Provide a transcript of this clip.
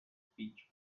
beech